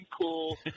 cool